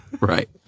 Right